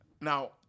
Now